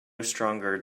stronger